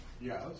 Yes